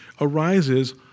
arises